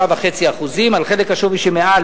3.5%; על חלק השווי שמעל